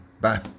Bye